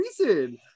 reason